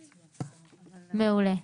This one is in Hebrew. מעולה.